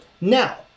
Now